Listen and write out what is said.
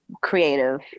creative